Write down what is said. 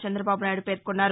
చందబాబు నాయుడు పేర్కొన్నారు